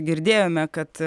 girdėjome kad